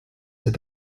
said